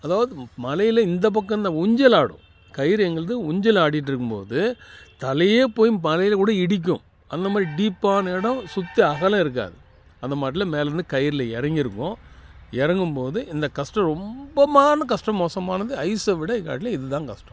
அதாவது மலையில் இந்தப் பக்கம் இருந்து ஊஞ்சல் ஆடும் கயிறு எங்களுது ஊஞ்சல் ஆடிட்டு இருக்கும் போது தலையே போயி மலையில் கூட இடிக்கும் அந்த மாதிரி டீப்பான இடோம் சுற்றி அகலம் இருக்காது அந்த மாட்டில் மேலருந்து கயிறில் இறங்கிருப்போம் இறங்கும் போது இந்த கஷ்டம் ரொம்பமான கஷ்டோம் மோசமானது ஐஸ்ஸ விட எல்லாட்டிலேயும் இது தான் கஷ்டோம்